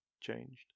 changed